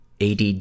ADD